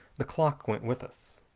the clock went with us.